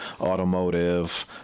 automotive